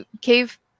cave